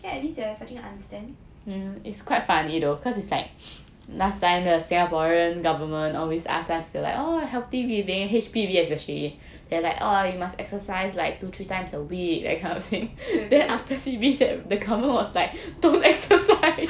okay at least they're starting to understand 对对